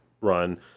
run